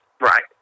Right